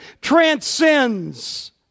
transcends